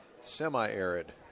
semi-arid